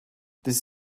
this